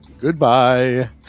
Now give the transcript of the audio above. Goodbye